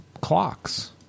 clocks